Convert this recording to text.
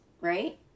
right